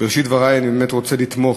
בראשית דברי, אני באמת רוצה לתמוך,